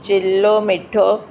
चिल्लो मिठो